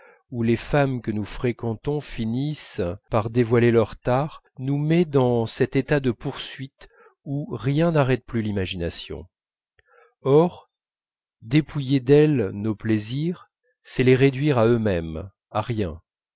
où les femmes que nous fréquentons finissent par dévoiler leurs tares nous met dans cet état de poursuite où rien n'arrête plus l'imagination or dépouiller d'elle nos plaisirs c'est les réduire à eux-mêmes à rien